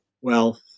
wealth